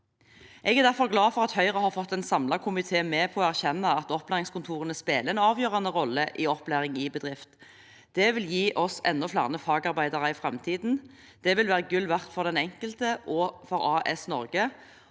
Jeg er derfor glad for at Høyre har fått en samlet komité med på å erkjenne at opplæringskontorene spiller en avgjørende rolle i opplæring i bedrift. Det vil gi oss enda flere fagarbeidere i framtiden. Det vil være gull verdt for den enkelte og for AS Norge.